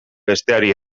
besteari